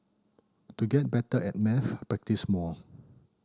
to get better at maths practise more